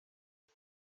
hur